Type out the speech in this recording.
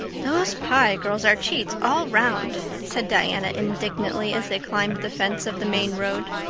those pye girls are cheats all round, said diana indignantly, as they climbed the fence of the main road.